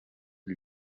lui